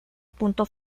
punto